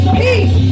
peace